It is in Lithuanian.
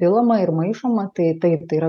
pilama ir maišoma tai taip tai yra